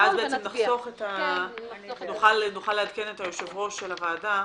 ואז נוכל לעדכן את יושב-ראש הוועדה,